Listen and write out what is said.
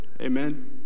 amen